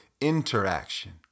interaction